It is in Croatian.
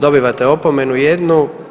Dobivate opomenu jednu.